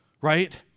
right